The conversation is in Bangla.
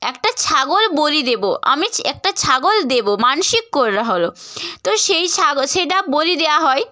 একটা ছাগল বলি দেবো আমি একটা ছাগল দেবো মানসিক করা হলো তো সেই ছাগল সেটা বলি দেওয়া হয়